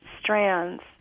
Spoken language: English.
strands